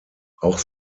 auch